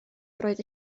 droed